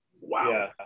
Wow